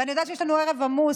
ואני יודעת שיש לנו ערב עמוס,